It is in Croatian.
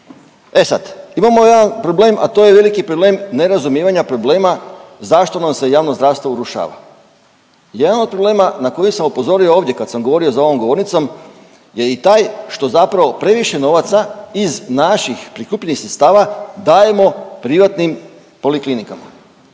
E sad, imamo jedan problem, a to je veliki problem nerazumijevanja problema zašto nam se javno zdravstvo urušava. Jedan od problema na koji sam upozorio ovdje kad sam govorio za ovom govornicom je i taj što zapravo previše novaca iz naših prikupljenih sredstava, dajemo privatnim poliklinikama